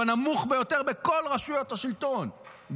הוא הנמוך ביותר בכל רשויות השלטון,